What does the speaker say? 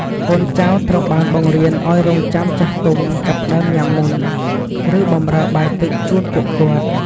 កូនចៅត្រូវបានបង្រៀនឱ្យរង់ចាំចាស់ទុំចាប់ផ្តើមញ៉ាំមុន ឬបម្រើបាយទឹកជូនពួកគាត់។